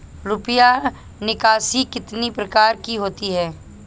रुपया निकासी कितनी प्रकार की होती है?